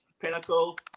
pinnacle